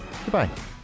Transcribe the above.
goodbye